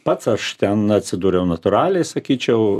pats aš ten atsidūriau natūraliai sakyčiau